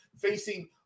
facing